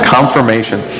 Confirmation